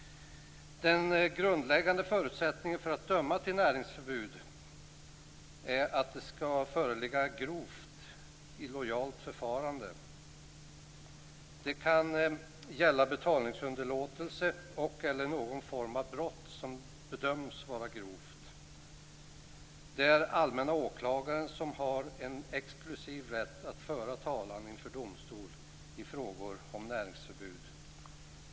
Den grundläggande förutsättningen för att döma till näringsförbud är att det skall föreligga grovt illojalt förfarande. Det kan gälla betalningsunderlåtelse och/eller någon form av brott som bedöms vara grovt. Det är allmän åklagare som har en exklusiv rätt att föra talan inför domstol i frågor om näringsförbud.